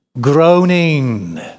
groaning